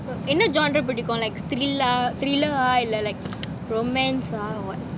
என்ன ஜோன்றே புடிக்கும்:enna joanrea pudikum genre like thriller thriller இல்ல:illa like romance ah what